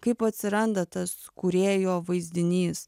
kaip atsiranda tas kūrėjo vaizdinys